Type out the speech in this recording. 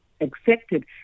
accepted